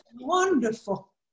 wonderful